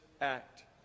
act